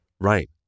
Right